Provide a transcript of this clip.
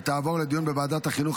ותעבור לדיון בוועדת החינוך,